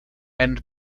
and